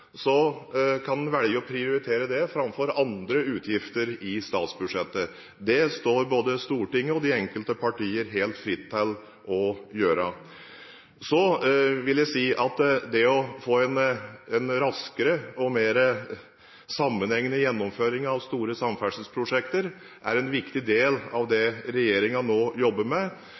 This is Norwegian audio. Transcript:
kan man velge å prioritere det framfor andre utgifter i statsbudsjettet. Det står både Stortinget og de enkelte partier helt fritt til å gjøre. Så vil jeg si at det å få en raskere og mer sammenhengende gjennomføring av store samferdselsprosjekter er en viktig del av det regjeringen nå jobber med.